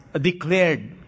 declared